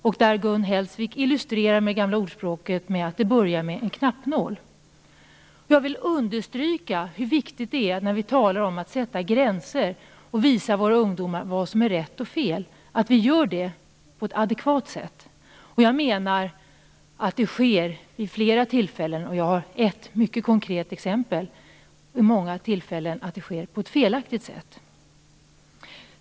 Det illustrerade Gun Hellsvik med det gamla talesättet att det börjar med en knappnål. Jag vill understryka hur viktigt det är att vi, när vi talar om att sätta gränser och visa våra ungdomar vad som är rätt och fel, gör det på ett adekvat sätt. Jag menar att så sker vid flera tillfällen. Jag har ett mycket konkret exempel på hur det vid många tillfällen sker på ett felaktigt sätt.